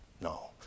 No